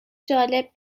جالب